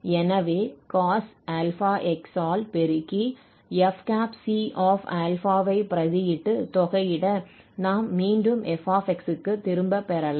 எனவே cosαx ஆல் பெருக்கி fc ஐ பிரதியிட்டு தொகையிட நாம் மீண்டும் f திரும்ப பெறலாம்